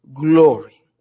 glory